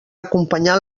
acompanyant